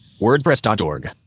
WordPress.org